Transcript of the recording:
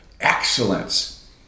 excellence